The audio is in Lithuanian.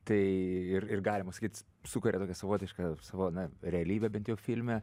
tai ir ir galima sakyt sukuria tokią savotišką savo na realybę bent jau filme